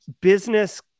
business